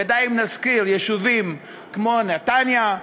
ודי אם נזכיר יישובים כמו נתניה,